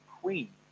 queen